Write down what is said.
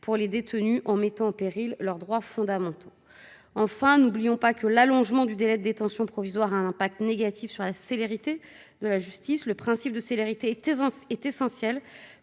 pour les détenus, en mettant en péril leurs droits fondamentaux. Enfin, n'oublions pas que l'allongement du délai de détention provisoire a des conséquences négatives sur la célérité de la justice. Le principe de célérité est essentiel